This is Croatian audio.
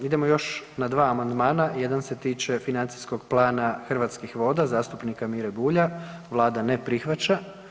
Idemo na još 2 amandmana, jedan se tiče Financijskog plana Hrvatskih voda, zastupnika Mire Bulja, vlada ne prihvaća.